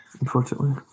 unfortunately